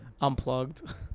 Unplugged